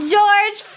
George